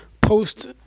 post